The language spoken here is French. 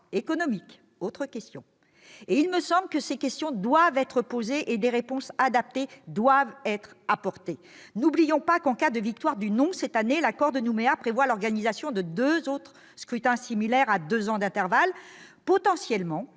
une dépendance économique ? Ces questions doivent être posées et des réponses adaptées apportées. N'oublions pas que, en cas de victoire du « non » cette année, l'accord de Nouméa prévoit l'organisation de deux autres scrutins similaires à deux ans d'intervalle. Potentiellement,